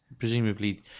Presumably